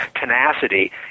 tenacity